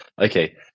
Okay